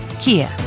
Kia